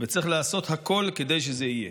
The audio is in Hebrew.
וצריך לעשות הכול כדי שזה יהיה.